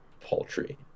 paltry